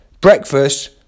breakfast